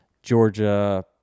Georgia